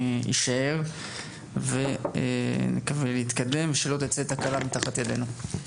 אני אשאר ונתקדם, שלא תצא תקלה תחת ידנו.